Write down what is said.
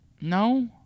No